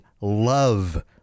love